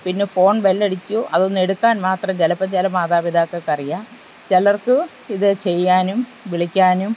പിന്നെ ഫോൺ ബെല്ലടിക്കും അതൊന്നെടുക്കാൻ മാത്രം ചിലപ്പം ചില മാതാപിതാക്കൾക്കറിയാം ചിലർക്ക് ഇത് ചെയ്യാനും വിളിക്കാനും